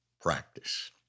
practice